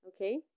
Okay